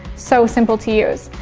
so simple to use.